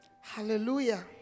Hallelujah